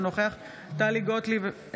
אינו נוכח טלי גוטליב,